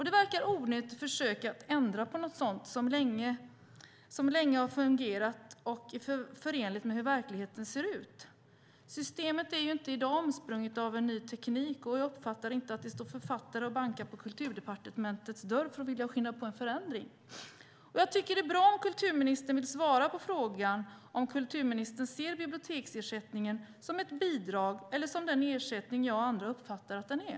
Det verkar onödigt att försöka ändra på sådant som länge har fungerat och är förenligt med hur verkligheten ser ut. Systemet är inte i dag omsprunget av en ny teknik. Jag uppfattar inte att det står författare och bankar på Kulturdepartementets dörr för att skynda på en förändring. Det är bra om kulturministern vill svara på frågan om kulturministern ser biblioteksersättningen som ett bidrag eller som den ersättning som jag och andra uppfattar att den är.